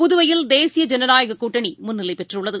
புதுவையில் தேசிய ஜனநாயக கூட்டணி முன்னிலை பெற்றுள்ளது